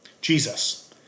Jesus